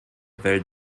welt